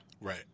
right